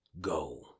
go